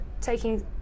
taking